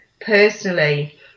personally